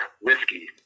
whiskey